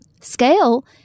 scale